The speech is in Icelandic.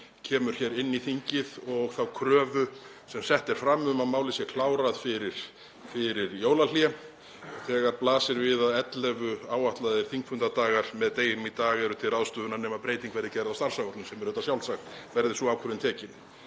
mál kemur hér inn í þingið og þá kröfu sem sett er fram um að málið sé klárað fyrir jólahlé þegar við blasir að 11 áætlaðir þingfundardagar, með deginum í dag, eru til ráðstöfunar nema breyting verði gerð á starfsáætlun, sem er auðvitað sjálfsagt, verði sú ákvörðun tekin.